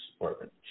Department